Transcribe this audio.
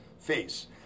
face